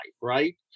right